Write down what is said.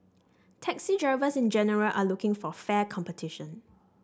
taxi drivers in general are looking for fair competition